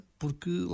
porque